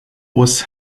was